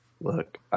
Look